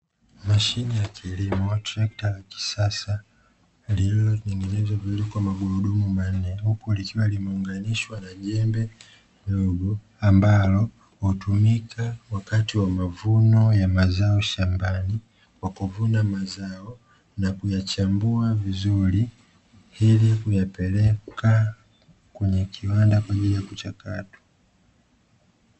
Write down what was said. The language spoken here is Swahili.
Mashine ya kilimo, trekta ya kisasa lililovukwa magurudumu manne, huku likiwa limeunganishwa na jembe dogo, ambalo hutumika wakati wa mavuno ya mazao shambani kwa kuvuna mazao na kuyachambua vizuri, ili kuyapeleka kwenye kiwanda kwaajili ya kuchakatwa .